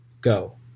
go